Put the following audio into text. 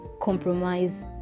compromise